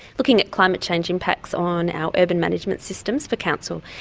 looking at climate change impacts on our urban management systems for council.